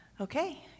Okay